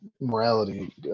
morality